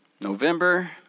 November